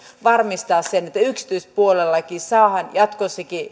varmistaa sen että yksityispuolellakin saadaan jatkossakin